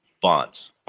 Bonds